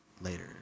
Later